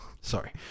sorry